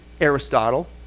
Aristotle